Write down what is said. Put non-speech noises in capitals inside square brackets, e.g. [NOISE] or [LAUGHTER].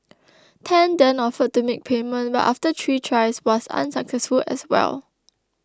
[NOISE] Tan then offered to make payment but after three tries was unsuccessful as well